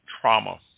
trauma